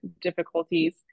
difficulties